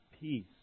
peace